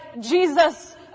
Jesus